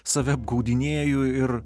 save apgaudinėju ir